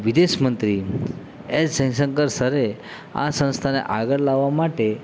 વિદેશ મંત્રી એસ જેયશંકર સરે આ સંસ્થાને આગળ લાવવા માટે